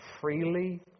freely